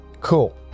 cool